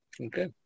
Okay